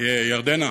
ירדנה,